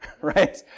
right